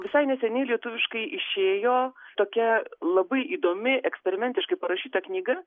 visai neseniai lietuviškai išėjo tokia labai įdomi eksperimentiškai parašyta knyga